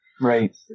Right